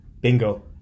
Bingo